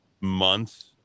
months